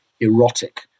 erotic